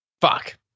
Fuck